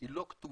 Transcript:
היא לא כתובה